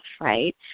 right